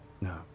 No